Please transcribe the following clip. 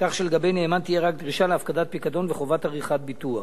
כך שלגבי הנאמן תהיה רק דרישה להפקדת פיקדון וחובת עריכת ביטוח.